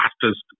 fastest